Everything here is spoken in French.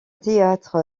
théâtre